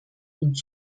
und